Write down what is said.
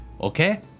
Okay